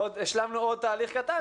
השלמנו עוד תהליך קטן,